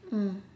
mm